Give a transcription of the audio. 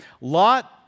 Lot